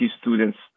students